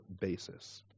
basis